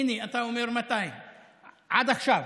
200. הינה, אתה אומר 200. עד עכשיו.